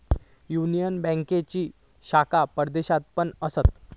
union बँकेचे शाखा परदेशात पण असत